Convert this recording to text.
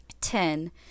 Ten